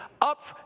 up